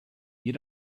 you